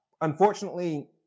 Unfortunately